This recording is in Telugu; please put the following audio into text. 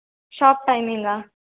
షాప్ టైమింగా